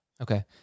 Okay